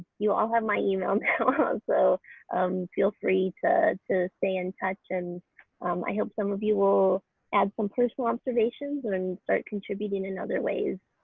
you all have my email so feel free to to stay in touch and i hope some of you will add some personal observations and start contributing in other ways.